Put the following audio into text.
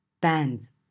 Bands